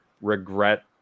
regret